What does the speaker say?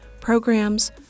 programs